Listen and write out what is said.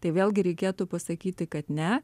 tai vėlgi reikėtų pasakyti kad ne